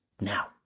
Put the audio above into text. Now